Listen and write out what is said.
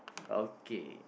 okay